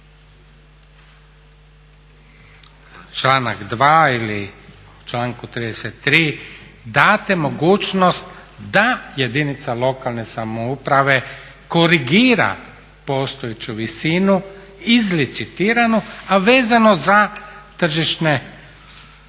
članak 2. ili u članku 33. date mogućnost da jedinica lokalne samouprave korigira postojeću visinu izlicitiranu a vezano za tržišne odnose